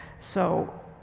so,